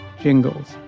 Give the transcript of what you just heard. Jingles